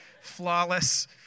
flawless